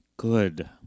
Good